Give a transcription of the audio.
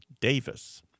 Davis